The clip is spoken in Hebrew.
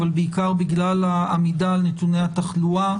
אבל בעיקר בגלל העמידה על נתוני התחלואה